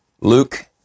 Luke